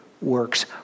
works